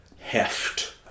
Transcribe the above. heft